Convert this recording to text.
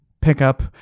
pickup